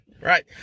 right